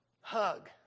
hug